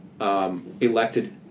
Elected